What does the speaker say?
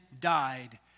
died